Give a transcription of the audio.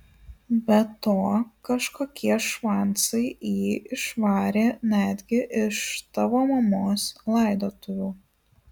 be to kažkokie švancai jį išvarė netgi iš tavo mamos laidotuvių